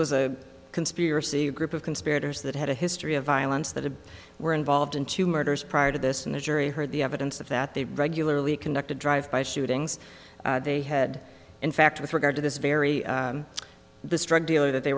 was a conspiracy a group of conspirators that had a history of violence that were involved in two murders prior to this and the jury heard the evidence of that they regularly conducted drive by shootings they had in fact with regard to this very this drug dealer that they